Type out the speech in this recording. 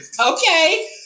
Okay